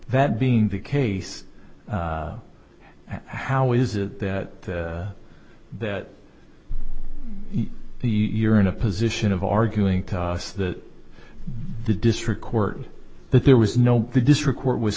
that being the case how is it that that the you're in a position of arguing to us that the district court that there was no the district court was